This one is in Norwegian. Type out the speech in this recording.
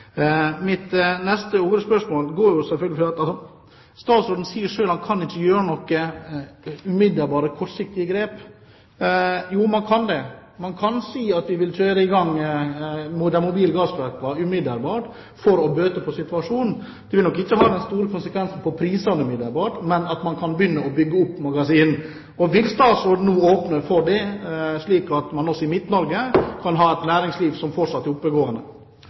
han kan ikke gjøre noen umiddelbare, kortsiktige grep. Jo, man kan det. Man kan si at vi vil kjøre i gang med de mobile gasskraftverkene umiddelbart for å bøte på situasjonen. Det vil nok ikke ha den store konsekvensen for prisene umiddelbart, men man kan begynne å bygge opp magasinene. Vil statsråden nå åpne for det, slik at man også i Midt-Norge kan ha et næringsliv som fortsatt er oppegående?